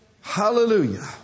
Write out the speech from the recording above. Hallelujah